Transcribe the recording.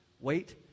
Wait